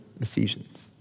Ephesians